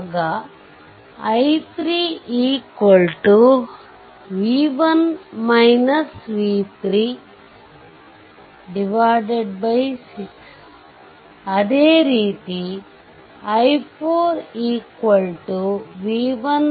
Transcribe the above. ಆಗ i3 6 ಅದೇ ರೀತಿ i4 6